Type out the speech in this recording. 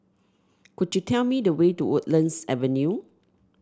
could you tell me the way to Woodlands Avenue